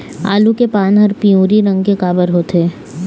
आलू के पान हर पिवरी रंग के काबर होथे?